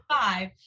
five